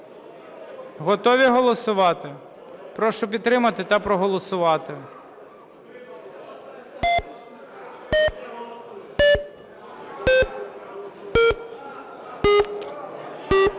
Готові голосувати? Прошу підтримати та проголосувати.